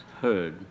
heard